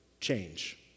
change